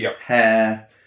hair